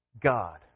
God